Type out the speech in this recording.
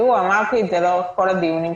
אמרתי לך את זה גם באופן אישי,